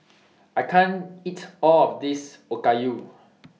I can't eat All of This Okayu